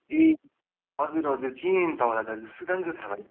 ए हजुर हजुर चिनेँ नि तपाईँलाई त सुदांसु थापा होइन